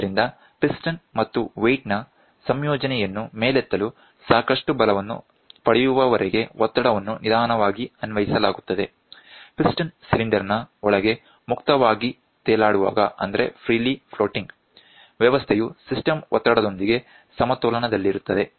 ಆದ್ದರಿಂದ ಪಿಸ್ಟನ್ ಮತ್ತು ವೇಟ್ ನ ಸಂಯೋಜನೆಯನ್ನು ಮೇಲೆತ್ತಲು ಸಾಕಷ್ಟು ಬಲವನ್ನು ಪಡೆಯುವವರೆಗೆ ಒತ್ತಡವನ್ನು ನಿಧಾನವಾಗಿ ಅನ್ವಯಿಸಲಾಗುತ್ತದೆ ಪಿಸ್ಟನ್ ಸಿಲಿಂಡರ್ ನ ಒಳಗೆ ಮುಕ್ತವಾಗಿ ತೇಲಾಡುವಾಗ ವ್ಯವಸ್ಥೆಯು ಸಿಸ್ಟಂ ಒತ್ತಡದೊಂದಿಗೆ ಸಮತೋಲನದಲ್ಲಿರುತ್ತದೆ